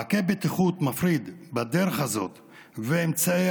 מעקה בטיחות מפריד בדרך הזאת ואמצעי